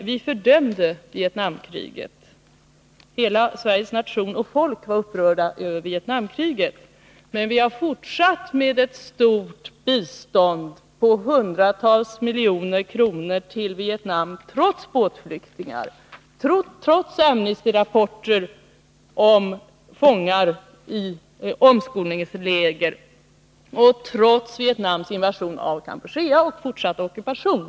Vi fördömde emellertid Vietnamkriget — hela Sveriges folk var upprört över det kriget — men vi har fortsatt med ett stort bistånd på hundratals miljoner till Vietnam, trots båtflyktingar, trots Amnestyrapporter om fångar i omskolningsläger och trots Vietnams invasion av Kampuchea och fortsatta ockupation.